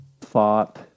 thought